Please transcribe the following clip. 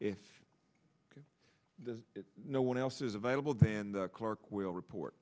if there's no one else is available then the clerk will report